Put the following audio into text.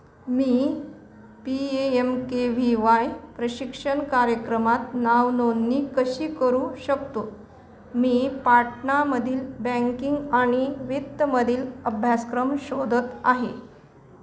मी P M K V Y प्रशिक्षण कार्यक्रमात नावनोंदणी कशी करू शकतो मी पाटणामधील बँकिंग आणि वित्तमधील अभ्यासक्रम शोधत आहे